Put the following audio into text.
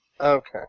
Okay